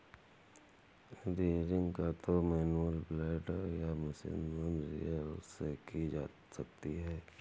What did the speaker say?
shearing या तो manual blade या मशीन शीयर से की जा सकती है